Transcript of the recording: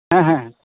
ᱦᱮᱸ ᱦᱮᱸ ᱦᱮᱸ